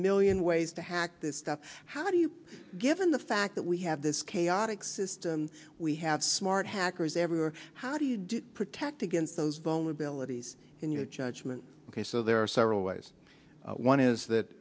million ways to hack this stuff how do you given the fact that we have this chaotic system we have smart hackers everywhere how do you protect against those vulnerabilities in your judgment ok so there are several ways one is that